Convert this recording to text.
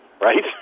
right